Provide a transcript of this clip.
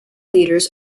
leaders